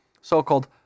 so-called